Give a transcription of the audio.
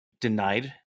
denied